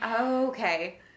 Okay